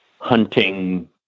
hunting